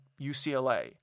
UCLA